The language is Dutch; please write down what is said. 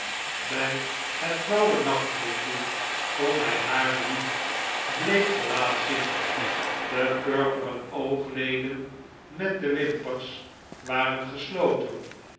bij het flauwe nachtlichtje kon hij haar lief bleek gelaat zien de purperen oogleden met de wimpers waren gesloten